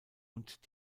und